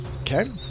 Okay